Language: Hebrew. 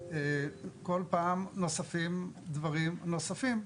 כל פעם נוספים דברים ומרכיבים נוספים לשכר.